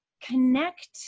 connect